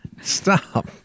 Stop